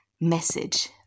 message